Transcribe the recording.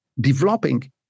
developing